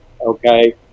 okay